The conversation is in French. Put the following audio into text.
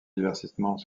divertissement